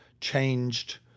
changed